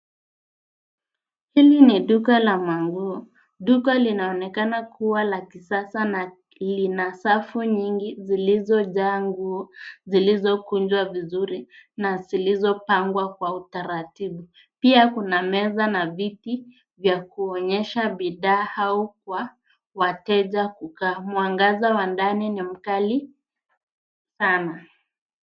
Hili ni duka la manguo. Duka linaonekana kuwa la kisasa na lina safu nyingi zilizojaa nguo zilizokunjwa vizuri na zilizopangwa kwa utaratibu. Pia kuna meza na viti vya kuonyesha bidhaa au kwa wateja kukaa. Mwangaza wa ndani ni mkali sana.